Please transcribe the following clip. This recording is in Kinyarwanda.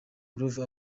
groove